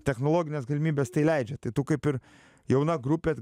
technologines galimybes tai leidžia tai tu kaip ir jauna grupė